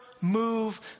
move